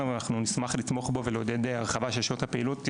ואנחנו נשמח לתמוך בו ולעודד הרחבה של שעות הפעילות.